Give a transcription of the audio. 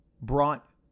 brought